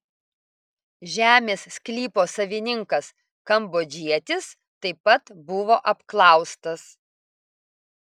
žemės sklypo savininkas kambodžietis taip pat buvo apklaustas